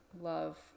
love